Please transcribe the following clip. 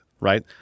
right